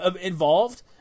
involved